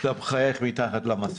אתה מחייך מתחת למסכה.